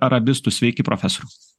arabistų sveiki profesoriau